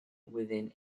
within